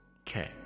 Okay